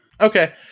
Okay